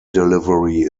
delivery